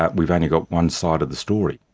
ah we've only got one side of the story.